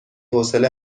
حوصله